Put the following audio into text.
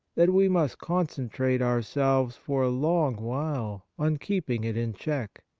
that we must concentrate ourselves for a long while on keeping it in check,